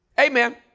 Amen